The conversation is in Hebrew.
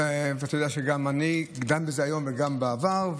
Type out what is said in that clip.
אתה יודע שאני דן בזה היום וגם בעבר.